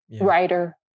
writer